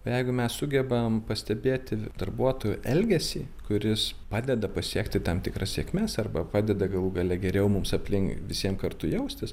jeigu mes sugebam pastebėti darbuotojų elgesį kuris padeda pasiekti tam tikras sėkmes arba padeda galų gale geriau mums aplink visiem kartu jaustis